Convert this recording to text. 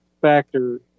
factor